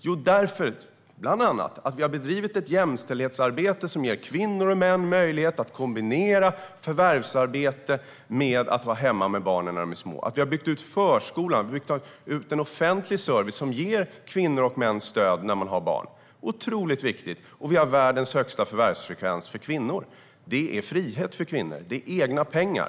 Jo, bland annat därför att vi har bedrivit ett jämställdhetsarbete som ger kvinnor och män möjlighet att kombinera förvärvsarbete med att vara hemma med barnen när de är små. Vi har byggt ut förskolan och en offentlig service som ger kvinnor och män stöd när man har barn. Det är otroligt viktigt. Och vi har världens högsta förvärvsfrekvens för kvinnor. Det är frihet för kvinnor. Det handlar om egna pengar.